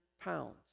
pounds